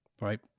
right